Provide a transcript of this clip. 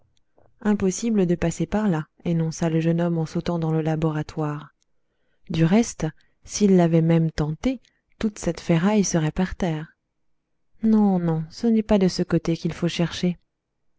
impossible de passer par là énonça le jeune homme en sautant dans le laboratoire du reste s il l'avait même tenté toute cette ferraille serait par terre non non ce n'est pas de ce côté qu'il faut chercher